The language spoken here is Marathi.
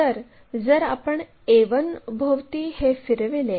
तर जर आपण a1 भोवती हे फिरविले